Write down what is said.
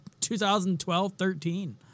2012-13